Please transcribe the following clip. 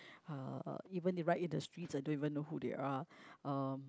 uh even if right it the streets I don't even know who they are um